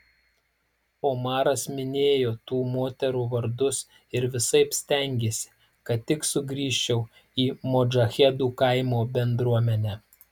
omaras minėjo tų moterų vardus ir visaip stengėsi kad tik sugrįžčiau į modžahedų kaimo bendruomenę